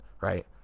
right